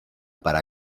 para